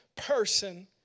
person